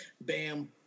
Bam